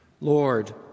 Lord